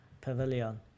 pavilion